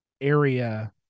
area